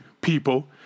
people